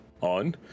on